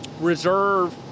reserve